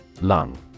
Lung